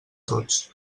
tots